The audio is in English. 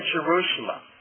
Jerusalem